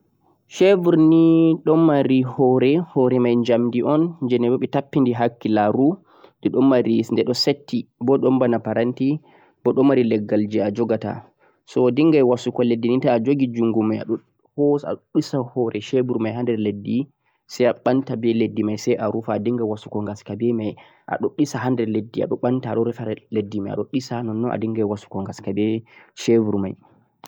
shebur ni don mari hoore hoore mei jamdi o'n je bitaffini hakkilaru edon mari yi'e satti boh don boona paranti boh don mari leggal je a jogata so o dinghai wasugo leddi ni toh a joggu jungo mei a don dhisa hoore shebur mei hander leddi sai a banta leddi mei sai a rufa adinghan wasugo gaska be mei adon disa banta leddi mei a don disa non-non a dinghan wasugo shebur mei